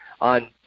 on